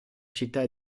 città